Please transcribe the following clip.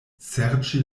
serĉi